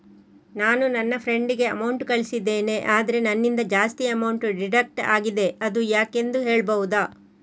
ನಾನು ನನ್ನ ಫ್ರೆಂಡ್ ಗೆ ಅಮೌಂಟ್ ಕಳ್ಸಿದ್ದೇನೆ ಆದ್ರೆ ನನ್ನಿಂದ ಜಾಸ್ತಿ ಅಮೌಂಟ್ ಡಿಡಕ್ಟ್ ಆಗಿದೆ ಅದು ಯಾಕೆಂದು ಹೇಳ್ಬಹುದಾ?